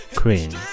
queen